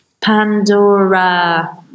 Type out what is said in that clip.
Pandora